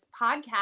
podcast